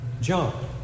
John